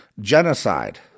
genocide